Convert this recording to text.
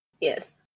Yes